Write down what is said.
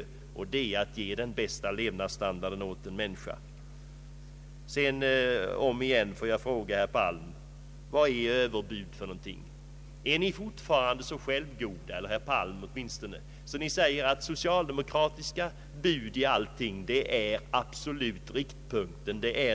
Att handla så är att ge den bästa levnadsstandarden åt människorna. Än en gång vill jag fråga herr Palm: vad är överbud för någonting? är ni — eller åtminstone herr Palm — fortfarande så självgoda att ni säger att socialdemokratiska bud i allting är